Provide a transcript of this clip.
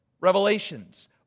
revelations